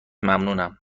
ممنونم